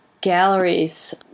Galleries